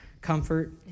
comfort